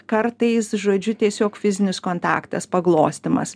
kartais žodžiu tiesiog fizinis kontaktas paglostymas